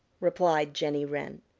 replied jenny wren.